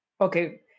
okay